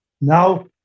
now